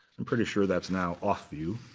i'm pretty sure that's now off view.